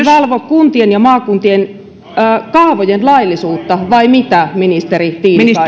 valvo kuntien ja maakuntien kaavojen laillisuutta vai mitä ministeri